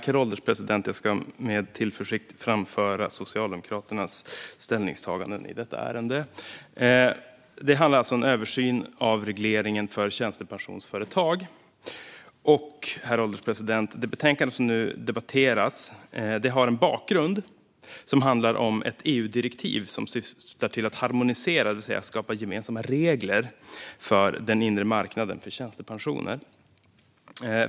Herr ålderspresident! Jag ska med tillförsikt framföra Socialdemokraternas ställningstaganden i detta ärende. Det handlar om en översyn av regleringen för tjänstepensionsföretag. Bakgrunden för det betänkande som nu debatteras handlar om ett EUdirektiv som syftar till att harmonisera, det vill säga skapa gemensamma regler för, den inre marknaden för tjänstepensioner.